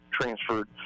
transferred